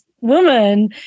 woman